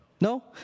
No